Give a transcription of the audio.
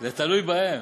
זה תלוי בהם.